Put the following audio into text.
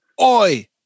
Oi